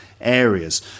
areas